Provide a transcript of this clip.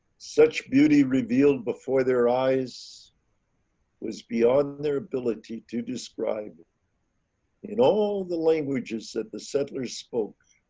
such beauty revealed before their eyes was beyond their ability to describe in all the languages that the settlers spoke.